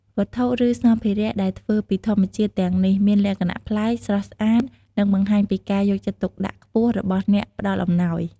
វត្ថុ ឬសម្ភារៈដែលធ្វើពីធម្មជាតិទាំងនេះមានលក្ខណៈប្លែក ស្រស់ស្អាត និងបង្ហាញពីការយកចិត្តទុកដាក់ខ្ពស់របស់អ្នកផ្តល់អំណោយ។